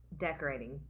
Decorating